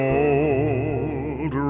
old